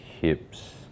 hips